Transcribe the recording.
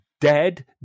dead